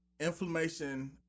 Inflammation